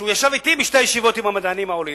שישב אתי בשתי הישיבות עם המדענים העולים,